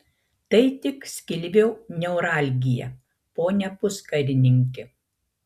tai tik skilvio neuralgija pone puskarininki